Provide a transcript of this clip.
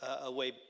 away